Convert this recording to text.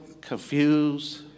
confused